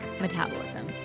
metabolism